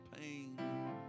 pain